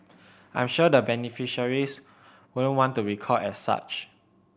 I'm sure the beneficiaries wouldn't want to be called as such